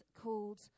called